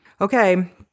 Okay